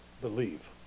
believe